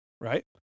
right